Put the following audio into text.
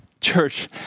church